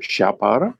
šią parą